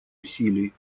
усилий